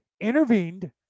intervened